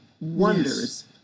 wonders